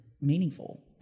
meaningful